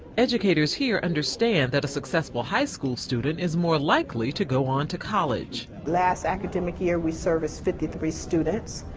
educators here understand that a successful high school student is more likely to go on to college. last academic year, we serviced fifty three students.